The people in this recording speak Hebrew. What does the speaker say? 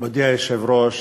מכובדי היושב-ראש,